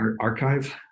archive